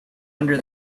under